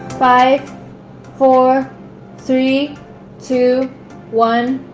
five four three two one